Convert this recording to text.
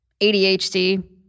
ADHD